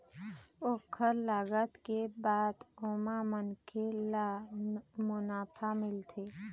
ओखर लागत के बाद ओमा मनखे ल मुनाफा मिलथे